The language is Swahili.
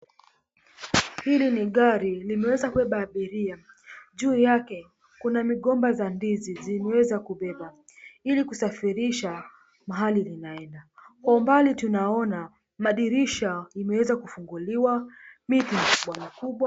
Hili ni gari, limeweza kubeba abiria. Juu yake kuna migomba za ndizi zimeweza kubeba ili kusafirisha mahali linaenda. Kwa umbali tunaona madirisha imeweza kufunguliwa, miti mikubwa mikubwa.